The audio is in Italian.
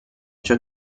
ciò